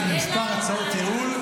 יש פה כמה הצעות ייעול.